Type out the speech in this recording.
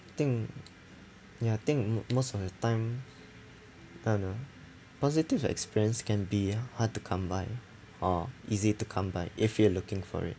I think ya I think m~ most of the time I don't know positive experience can be hard to come by or easy to come by if you're looking for it